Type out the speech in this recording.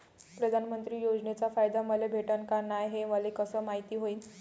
प्रधानमंत्री योजनेचा फायदा मले भेटनं का नाय, हे मले कस मायती होईन?